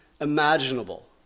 imaginable